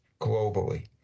globally